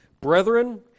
Brethren